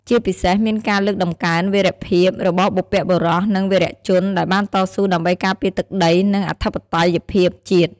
ជាពិសេសមានការលើកតម្កើងវីរភាព របស់បុព្វបុរស និងវីរជនដែលបានតស៊ូដើម្បីការពារទឹកដី និងអធិបតេយ្យភាពជាតិ ។